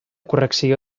correcció